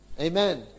Amen